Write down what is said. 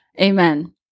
Amen